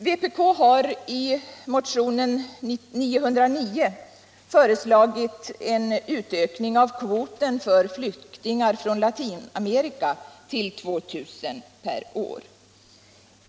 Vpk har i motionen 909 föreslagit en utökning av kvoten för flyktingar från Latinamerika till 2 000 per år.